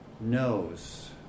knows